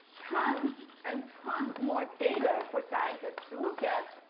tons and tons more data for scientists to look at.